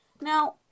Now